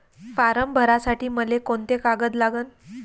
Form भरासाठी मले कोंते कागद लागन?